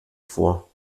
vor